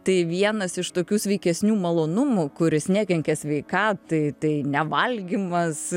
tai vienas iš tokių sveikesnių malonumų kuris nekenkia sveikatai tai ne valgymas